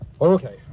okay